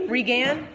Regan